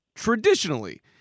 traditionally